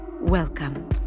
welcome